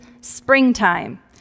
springtime